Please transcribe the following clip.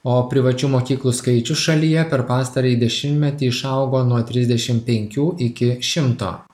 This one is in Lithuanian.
o privačių mokyklų skaičius šalyje per pastarąjį dešimtmetį išaugo nuo trisdešim penkių iki šimto